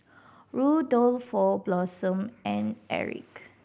Rudolfo Blossom and Erich